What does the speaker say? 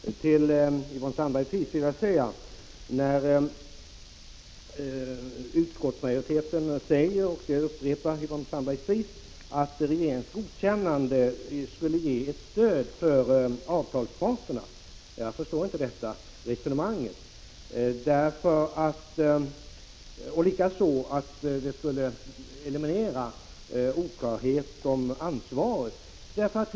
Herr talman! Yvonne Sandberg-Fries upprepar det som utskottsmajoriteten säger, nämligen att regeringens godkännande skulle ge ett stöd för avtalsparterna och eliminera oklarhet om ansvaret. Jag förstår inte detta resonemang.